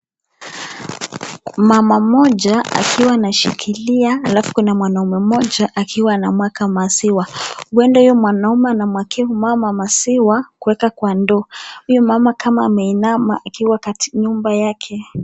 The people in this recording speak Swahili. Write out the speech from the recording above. Mama mmoja akiwa anashikila alafu kuna mwanaume mmoja akiwa anamwaga maziwa huenda huyo mwanaume anamwagia huyu mama maziwa kuweka kwa ndoo huyu mama kama ameinama akiwa katika nyumba yake.